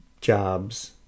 jobs